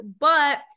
but-